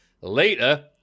Later